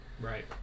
right